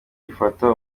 gifata